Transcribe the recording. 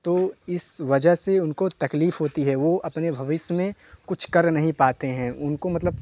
तो इस वजह से उनको तकलीफ होती है वह अपने भविष्य में कुछ कर नहीं पाते हैं उनको मतलब